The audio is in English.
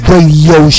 Radio